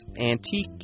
antique